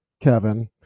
Kevin